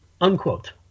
Unquote